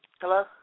Hello